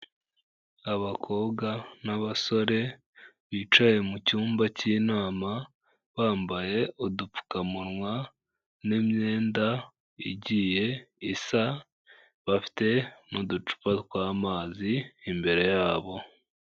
Abakobwa n'abasore bicaye mu cyumba cy'inama, bambaye udupfukamunwa n'imyenda igiye isa, bafite n'uducupa tw'amazi imbere yabo.